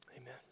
Amen